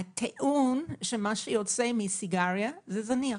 הטיעון שמה שיוצא מסיגריה זה זניח.